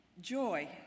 Joy